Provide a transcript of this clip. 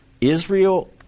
Israel